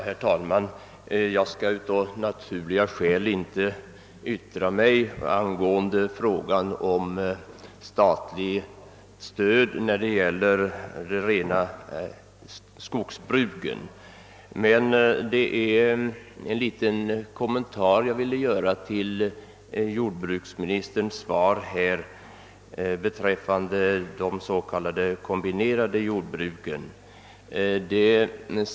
Herr talman! Jag skall av naturliga skäl inte yttra mig i frågan om statligt stöd till rena skogsbruk, men jag vill göra en liten kommentar till jordbruksministerns svar beträffande de s.k. kombinerade jordoch skogsbruken.